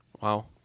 Wow